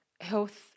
health